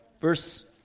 verse